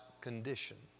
condition